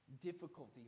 difficulty